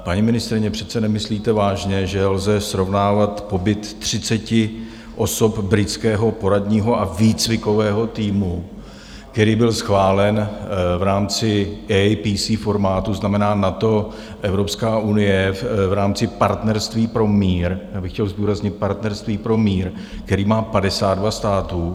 Paní ministryně, přece nemyslíte vážně, že lze srovnávat pobyt 30 osob Britského poradního a výcvikového týmu, který byl schválen v rámci APC formátu, to znamená NATO, Evropská unie v rámci Partnerství pro mír já bych chtěl zdůraznit Partnerství pro mír, které má 52 států.